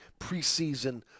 preseason